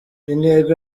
intego